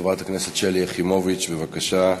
חברת הכנסת שלי יחימוביץ, בבקשה.